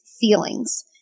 feelings